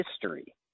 history